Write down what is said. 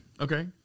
Okay